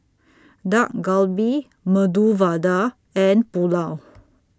Dak Galbi Medu Vada and Pulao